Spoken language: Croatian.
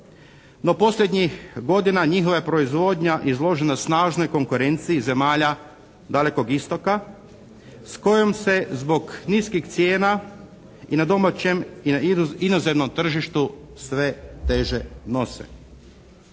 No posljednjih godina njihova je proizvodnja izložena snažnoj konkurenciji zemalja dalekog istoka s kojom se zbog niskih cijena i na domaćem i na inozemnom tržištu sve teže nose.